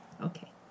Okay